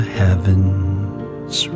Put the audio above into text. heavens